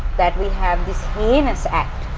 that we have this heinous act,